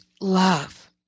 love